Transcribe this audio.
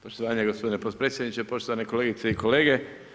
Poštovanje gospodine potpredsjedniče, poštovane kolegice i kolege.